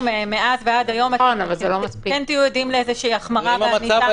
מאז ועד היום אנחנו כן עדים למגמה של החמרה בענישה.